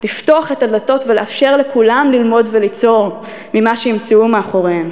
לפתוח את הדלתות ולאפשר לכולם ללמוד וליצור ממה שימצאו מאחוריהם.